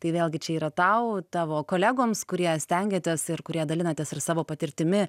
tai vėlgi čia yra tau tavo kolegoms kurie stengiatės ir kuria dalinatės savo patirtimi